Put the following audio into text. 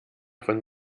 von